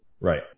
Right